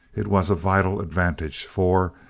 it was a vital advantage for,